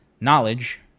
knowledge